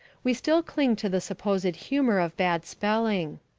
we still cling to the supposed humour of bad spelling.